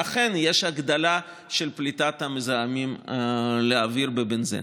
שאכן יש בהם הגדלה של פליטת המזהמים לאוויר בבנזן.